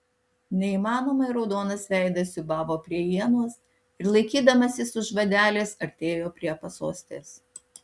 neįmanomai raudonas veidas siūbavo prie ienos ir laikydamasis už vadelės artėjo prie pasostės